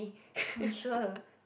sure